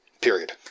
Period